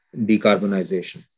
decarbonization